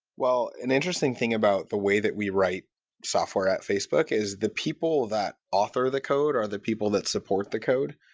an interesting thing about the way that we write software at facebook is the people that author the code or the people that support the code,